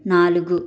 నాలుగు